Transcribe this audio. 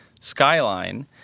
skyline